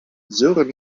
sören